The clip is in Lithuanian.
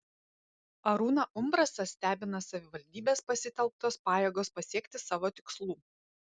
arūną umbrasą stebina savivaldybės pasitelktos pajėgos pasiekti savo tikslų